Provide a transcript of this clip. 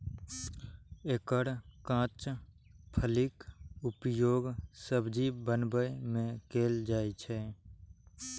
एकर कांच फलीक उपयोग सब्जी बनबै मे कैल जाइ छै